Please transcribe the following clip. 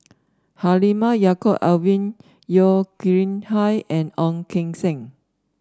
Halimah Yacob Alvin Yeo Khirn Hai and Ong Keng Sen